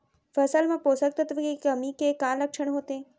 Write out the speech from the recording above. फसल मा पोसक तत्व के कमी के का लक्षण होथे?